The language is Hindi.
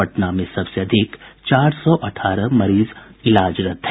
पटना में सबसे अधिक चार सौ अठारह मरीज इलाजरत हैं